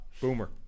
Boomer